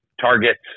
targets